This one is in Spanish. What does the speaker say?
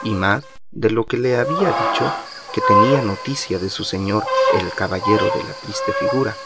y más de lo que le había dicho que tenía noticia de su señor el caballero de la triste figura